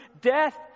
death